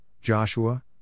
Joshua